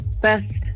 best